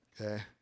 Okay